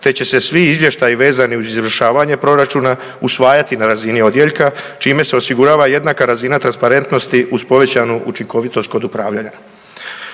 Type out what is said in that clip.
te će se svi izvještaji vezani uz izvršavanje proračuna usvajati na razini odjeljka, čime se osigurava jednaka razina transparentnosti uz povećanu učinkovitost kod upravljanja.